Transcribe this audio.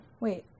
wait